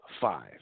Five